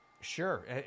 Sure